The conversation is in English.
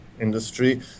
industry